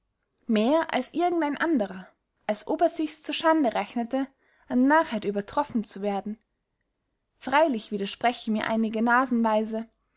mehr als irgend ein anderer als ob er sichs zur schande rechnete an narrheit übertroffen zu werden freylich widersprechen mir einige